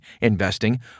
investing